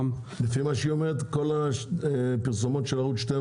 לפי מה שהיא אומרת כל הפרסומות של ערוץ 12